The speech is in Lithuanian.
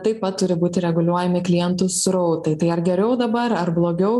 taip pat turi būti reguliuojami klientų srautai tai ar geriau dabar ar blogiau